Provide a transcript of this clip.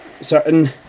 certain